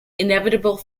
inevitable